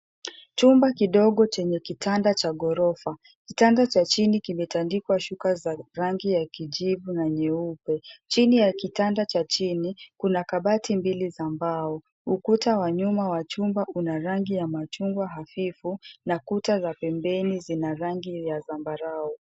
Chumba kidogo chenye kitanda cha ghorofa. Kitanda cha chini kimetandikwa shuka za rangi ya kijivu na nyeupe. Chini ya kitanda cha chini kuna kabati mbili za mbao. Ukuta wa nyuma wa chumba una rangi ya machungwa hafifu na kuta za pembeni zina rangi ya zambarau.